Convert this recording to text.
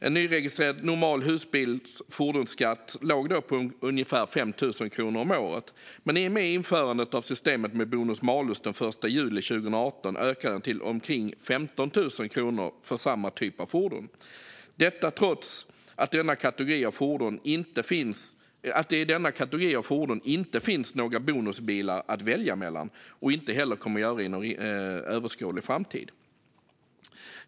En nyregistrerad normal husbils fordonsskatt låg då på ungefär 5 000 kronor om året, men i och med införandet av systemet med bonus-malus den 1 juli 2018 ökade den till omkring 15 000 kronor för samma typ av fordon. Detta trots att det i denna kategori av fordon inte finns några bonusbilar att välja mellan, och det kommer det inte heller att göra inom en överskådlig framtid.